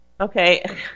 Okay